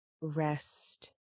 rest